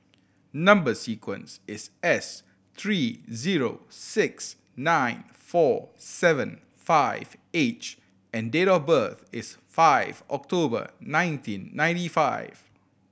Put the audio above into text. number sequence is S three zero six nine four seven five H and date of birth is five October nineteen ninety nine